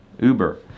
Uber